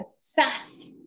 Sass